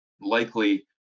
likely